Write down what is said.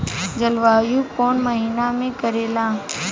जलवायु कौन महीना में करेला?